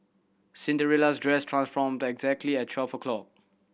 Cinderella's dress transformed exactly at twelve o'clock